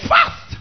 Fast